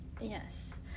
Yes